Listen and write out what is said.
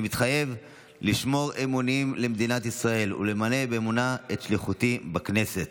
אני מתחייב לשמור אמונים למדינת ישראל ולמלא באמונה את שליחותי בכנסת.